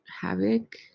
havoc